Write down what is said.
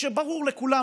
וברור לכולם,